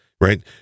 right